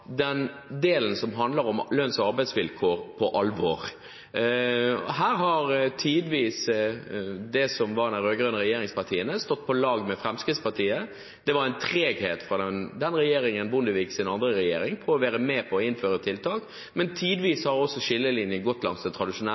delen som handler om lønns- og arbeidsvilkår, på alvor. Her har tidvis de som var de rød-grønne regjeringspartiene, vært på lag med Fremskrittspartiet. Det var en treghet fra Bondevik-II-regjeringens side når det gjaldt å være med på å innføre tiltak. Men tidvis har skillelinjene også gått langs